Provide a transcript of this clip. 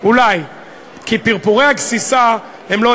אולי אתה צריך רופא עיניים, אולי.